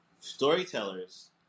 storytellers